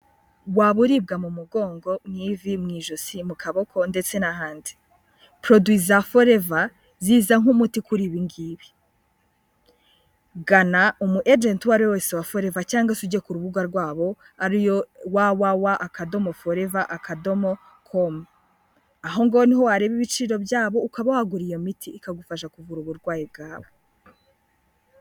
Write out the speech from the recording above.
Waba uribwa mu mugongo, mu ivi, mu ijosi, mu kaboko ndetse n'ahandi. Produits za forever ziza nk'umuti kuri ibi ngibi. Gana umu ejenti uwo ari we wese wa forever, cyangwa se ujye ku rubuga rwabo ari yo www.forever.com. Aho ngaho ni ho wareba ibiciro byabo, ukaba wagura iyo miti ikagufasha kuvura uburwayi bwawe.